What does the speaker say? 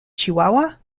chihuahua